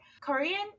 Korean